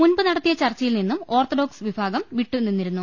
മുൻപ് നടത്തിയ ചർച്ചയിൽ നിന്നും ഓർത്തഡോക്സ് വിഭാഗം വിട്ടു നിന്നിരുന്നു